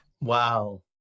wow